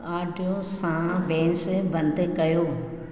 audio सां बेस बंदि कयो